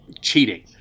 cheating